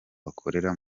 bakorera